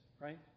right